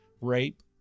rape